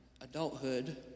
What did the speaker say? adulthood